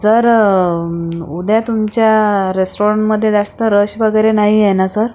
sir उद्या तुमच्या रेस्टाॅरंटमध्ये जास्त रश वगैरे नाही आहे ना सर